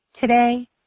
Today